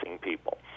people